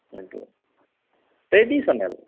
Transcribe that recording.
এইটো ট্ৰেডিচনেল